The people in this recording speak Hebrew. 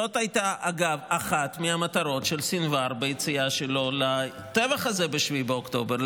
זאת הייתה אחת המטרות של סנוואר ביציאה שלו לטבח הזה ב-7 באוקטובר,